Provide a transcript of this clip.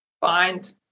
find